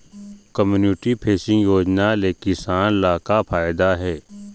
Community fencing योजना ले किसान ल का फायदा हे?